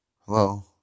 Hello